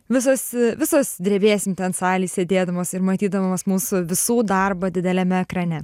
visos visos drebėsim ten salėj sėdėdamos ir matydamos mūsų visų darbą dideliame ekrane